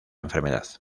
enfermedad